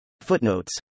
Footnotes